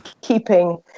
keeping